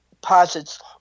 posits